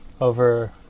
Over